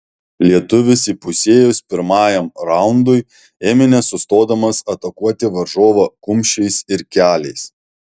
lietuvis įpusėjus pirmajam raundui ėmė nesustodamas atakuoti varžovą kumščiais ir keliais